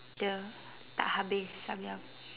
the tak habis samyang